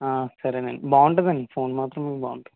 సరేనండీ బాగుంటుందండి ఫోన్ మాత్రం బాగుంది